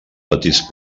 petits